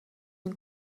den